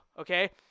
okay